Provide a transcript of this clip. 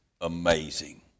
amazing